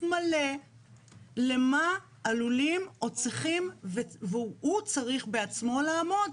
מלא למה עלולים או צריכים והוא צריך עצמו לעמוד